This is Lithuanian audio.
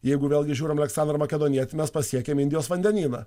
jeigu vėlgi žiūrim į aleksandrą makedonietį mes pasiekiam indijos vandenyną